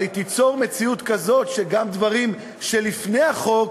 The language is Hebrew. אבל היא תיצור מציאות כזאת שגם דברים שהיו לפני החוק,